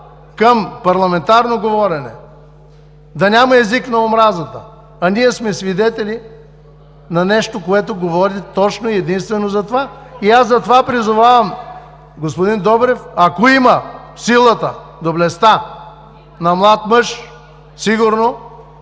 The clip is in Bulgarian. към парламентарно говорене, да няма език на омразата. А ние сме свидетели на нещо, което говори точно и единствено за това. Затова призовавам господин Добрев, ако има силата, доблестта на млад мъж… РЕПЛИКА